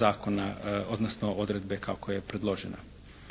zakona odnosno odredbe kako je predložena.